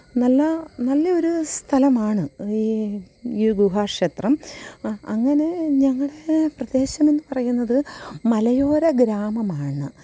നല്ല നല്ല ഒരു സ്ഥലമാണ് ഈ ഈ ഗുഹാക്ഷേത്രം ആ അങ്ങനെ ഞങ്ങളുടെ പ്രദേശമെന്ന് പറയുന്നത് മലയോര ഗ്രാമമാണ്